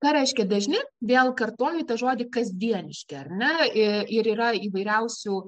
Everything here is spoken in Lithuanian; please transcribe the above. ką reiškia dažni vėl kartoju ta žodį kasdieniški ar ne ir yra įvairiausių